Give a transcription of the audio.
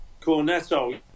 Cornetto